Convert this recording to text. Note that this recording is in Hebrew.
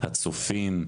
הצופים,